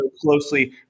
closely